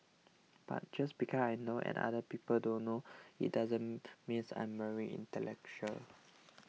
but just I know and other people don't know it doesn't mean I'm very intellectual